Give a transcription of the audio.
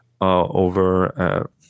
over